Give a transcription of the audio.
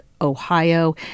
Ohio